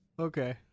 Okay